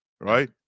Right